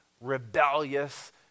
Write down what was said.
rebellious